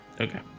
Okay